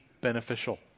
beneficial